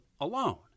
alone